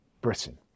Britain